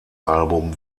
album